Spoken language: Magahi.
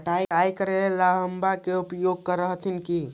पटाय करे ला अहर्बा के भी उपयोग कर हखिन की?